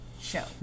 show